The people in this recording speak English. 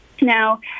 now